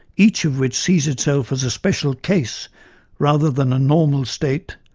each of which sees itself as a special case rather than a normal state,